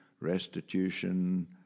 restitution